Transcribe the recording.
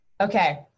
Okay